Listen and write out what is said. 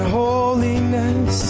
holiness